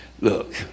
Look